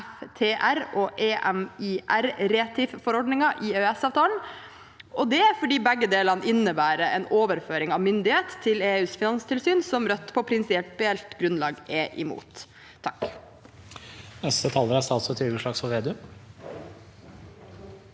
SFTR- og EMIR Refit-forordningene i EØS-avtalen. Det er fordi begge innebærer en overføring av myndighet til EUs finanstilsyn, noe Rødt på prinsipielt grunnlag er imot.